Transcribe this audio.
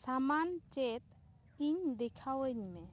ᱥᱟᱢᱟᱱ ᱪᱮᱫ ᱤᱧ ᱫᱮᱠᱷᱟᱣᱟᱹᱧ ᱢᱮ